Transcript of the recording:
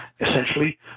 essentially